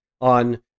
on